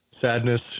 sadness